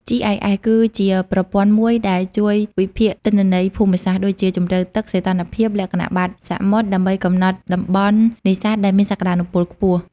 GIS គឺជាប្រព័ន្ធមួយដែលជួយវិភាគទិន្នន័យភូមិសាស្ត្រ ដូចជាជម្រៅទឹក សីតុណ្ហភាពទឹក លក្ខណៈបាតសមុទ្រ ដើម្បីកំណត់តំបន់នេសាទដែលមានសក្តានុពលខ្ពស់។